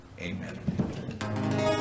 Amen